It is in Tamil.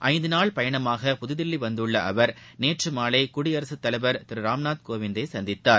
ஐந்து நாள் பயணமாக புதுதில்லி வந்துள்ள அவர் நேற்றுமாலை குடியரசுத் தலைவர் திரு ராம்நாத் கோவிந்ததை சந்தித்தார்